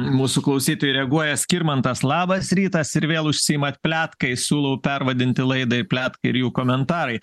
mūsų klausytojai reaguoja skirmantas labas rytas ir vėl užsiimat pletkais siūlau pervadinti laidą į pletkai ir jų komentarai